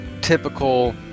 typical